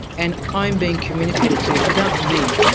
and i'm being communicated to, it's about me.